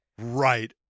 right